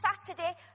Saturday